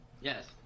Yes